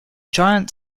giant